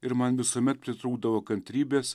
ir man visuomet pritrūkdavo kantrybės